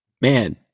Man